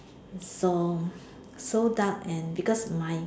it's so so dark and because my